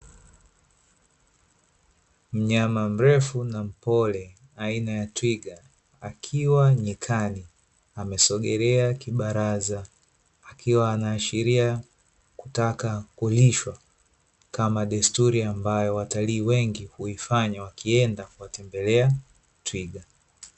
Mnyama mrefu na mpole aina ya twiga, akiwa nyikani amesogelea kibaraza, akiwa anaashiria kutaka kulishwa, kama desturi ambayo watalii wengi huifanya wakienda kuwatembelea twiga.